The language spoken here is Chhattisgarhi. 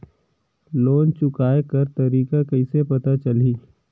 लोन चुकाय कर तारीक कइसे पता चलही?